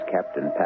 Captain